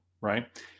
right